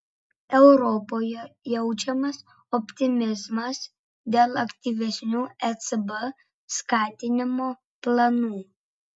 europoje jaučiamas optimizmas dėl aktyvesnių ecb skatinimo planų